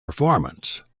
performance